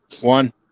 One